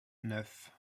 neuf